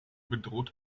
bedroht